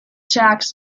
tracks